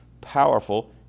powerful